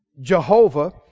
Jehovah